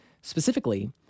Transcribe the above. specifically